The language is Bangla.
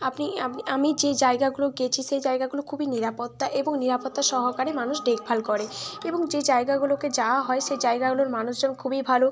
আপনি আপনি আমি যে জায়গাগুলো গিয়েছি সেই জায়গাগুলো খুবই নিরাপত্তা এবং নিরাপত্তা সহকারে মানুষ দেখভাল করে এবং যে জায়গাগুলোতে যাওয়া হয় সে জায়গাগুলোর মানুষজন খুবই ভালো